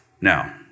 Now